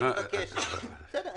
אני מבקש שקודם כל בסדר,